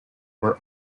were